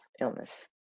illness